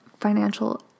financial